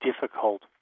difficult